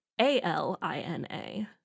A-L-I-N-A